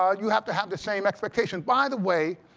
ah you have to have the same expectation. by the way,